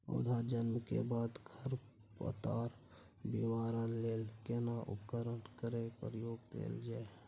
पौधा जन्म के बाद खर पतवार निवारण लेल केना उपकरण कय प्रयोग कैल जाय?